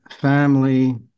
family